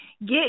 get